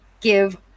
give